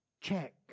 check